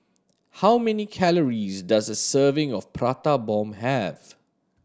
how many calories does a serving of Prata Bomb have